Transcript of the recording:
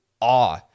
awe